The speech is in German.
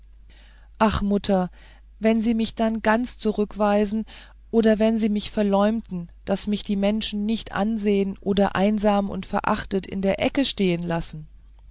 ach mutter wenn sie mich dann ganz zurückweisen oder wenn sie mich verleumden daß mich die menschen nicht ansehen oder einsam und verachtet in der ecke stehen lassen